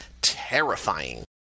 terrifying